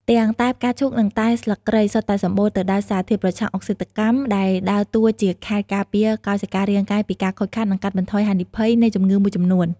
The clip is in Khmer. ទាំងតែផ្កាឈូកនិងតែស្លឹកគ្រៃសុទ្ធតែសម្បូរទៅដោយសារធាតុប្រឆាំងអុកស៊ីតកម្ម ដែលដើរតួជាខែលការពារកោសិការាងកាយពីការខូចខាត និងកាត់បន្ថយហានិភ័យនៃជំងឺមួយចំនួន។